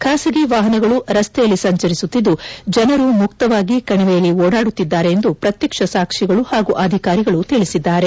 ಖಾಸಗಿ ವಾಹನಗಳು ರಸ್ತೆಯಲ್ಲಿ ಸಂಚರಿಸುತ್ತಿದ್ದು ಜನರು ಮುಕ್ತವಾಗಿ ಕಣಿವೆಯಲ್ಲಿ ಓಡಾಡುತ್ತಿದ್ದಾರೆ ಎಂದು ಪ್ರತ್ವಕ್ಷ ಸಾಕ್ಷಿಗಳು ಹಾಗೂ ಅಧಿಕಾರಿಗಳು ತಿಳಿಸಿದ್ದಾರೆ